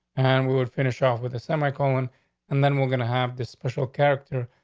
and we would finish off with a semi colon and then we're gonna have the special character,